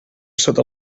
sota